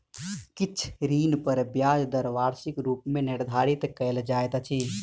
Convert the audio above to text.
किछ ऋण पर ब्याज दर वार्षिक रूप मे निर्धारित कयल जाइत अछि